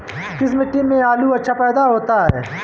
किस मिट्टी में आलू अच्छा पैदा होता है?